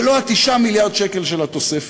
ולא 9 מיליארד השקל של התוספת,